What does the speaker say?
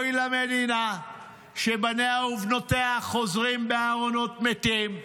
אוי למדינה שבניה ובנותיה חוזרים בארונות מתים.